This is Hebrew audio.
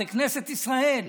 זו כנסת ישראל.